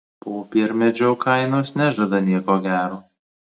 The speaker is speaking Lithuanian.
popiermedžio kainos nežada nieko gero